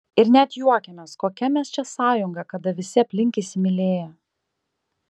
ir net juokėmės kokia mes čia sąjunga kada visi aplink įsimylėję